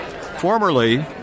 Formerly